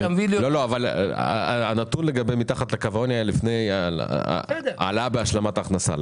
אבל הנתון לגבי קו העוני היה לפני העלאה בהשלמת ההכנסה.